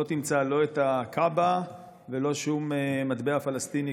תמצא לא את הכעבה ולא שום מטבע פלסטיני,